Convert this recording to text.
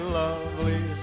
lovely